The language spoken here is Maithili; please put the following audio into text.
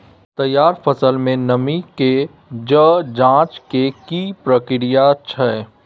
तैयार फसल में नमी के ज जॉंच के की प्रक्रिया छै?